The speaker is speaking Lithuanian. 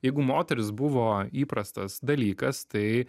jeigu moteris buvo įprastas dalykas tai